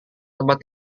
tempat